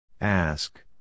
Ask